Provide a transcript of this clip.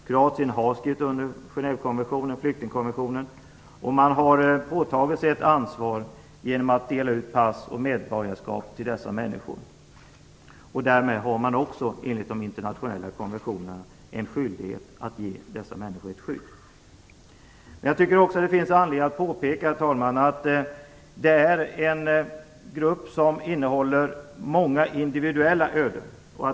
Kroatien har skrivit under Genèvekonventionen och flyktingkonventionen, och man har påtagit sig ett ansvar genom att dela ut pass och medborgarskap till dessa människor. Därmed har man också enligt de internationella konventionerna en skyldighet att ge dessa människor ett skydd. Herr talman! Detta är en grupp som innehåller många individuella öden.